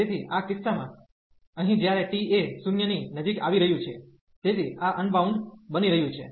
તેથી આ કિસ્સામાં અહીં જ્યારે t એ 0 ની નજીક આવી રહ્યું છે તેથી આ અનબાઉન્ડ બની રહ્યું છે